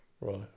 Right